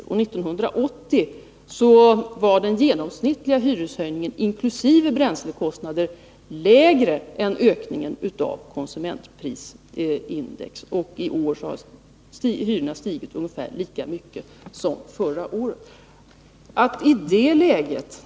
1980 var den genomsnittliga hyreshöjningen inkl. bränslekostnader lägre än ökningen av konsumentprisindex, och i år har hyrorna stigit ungefär lika mycket som förra året.